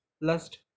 lust